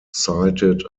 cited